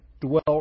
dwell